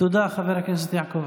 תודה, חבר הכנסת אשר.